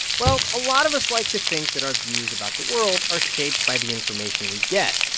well, a lot of us like to think that our views about the world are shaped by the information we get.